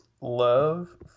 love